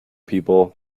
people